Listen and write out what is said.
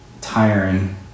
tiring